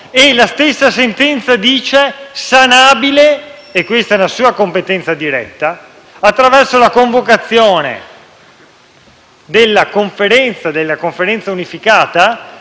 e la stessa sentenza dice che è sanabile - ciò rientra nella sua competenza diretta - attraverso la convocazione della Conferenza unificata